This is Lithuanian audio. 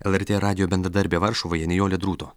el er tė radijo bendradarbė varšuvoje nijolė drūto